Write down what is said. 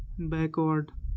backward